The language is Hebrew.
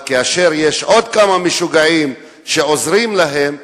אבל כאשר יש עוד כמה משוגעים שעוזרים להם,